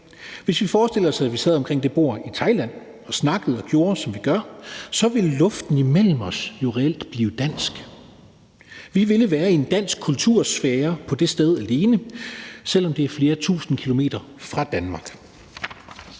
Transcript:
Hvis vi forestiller os, at vi sad omkring det bord i Thailand og snakkede og gjorde, som vi gør, så ville luften imellem os jo reelt blive dansk. Vi ville være i en dansk kultursfære på det sted alene, selv om det ligger flere tusinde kilometer fra Danmark,